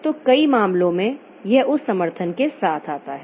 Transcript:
तो कई मामलों में यह उस समर्थन के साथ आता है